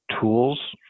tools